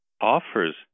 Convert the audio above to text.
offers